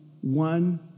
one